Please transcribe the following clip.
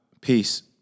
Peace